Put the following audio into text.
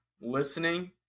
listening